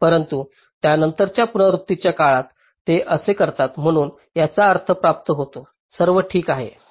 परंतु त्यानंतरच्या पुनरावृत्तीच्या काळात ते असे करतात म्हणून याचा अर्थ प्राप्त होतो सर्व ठीक आहे ठीक आहे